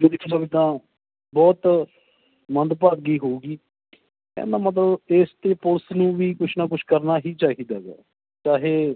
ਜੇ ਦੇਖੀ ਜਾਵੇ ਤਾਂ ਬਹੁਤ ਮੰਦਭਾਗੀ ਹੋਊਗੀ ਕਹਿਣ ਦਾ ਮਤਲਬ ਦੇਸ਼ ਅਤੇ ਪੁਲਸ ਨੂੰ ਵੀ ਕੁਛ ਨਾ ਕੁਛ ਕਰਨਾ ਹੀ ਚਾਹੀਦਾ ਗਾ ਚਾਹੇ